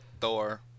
Thor